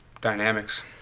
dynamics